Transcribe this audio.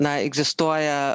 na egzistuoja